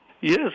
Yes